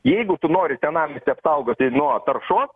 jeigu tu nori senamiestį apsaugoti nuo taršos